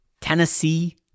Tennessee